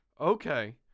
Okay